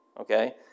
okay